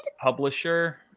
Publisher